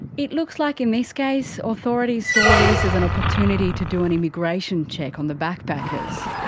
it looks like, in this case, authorities saw this as an opportunity to do an immigration check on the backpackers.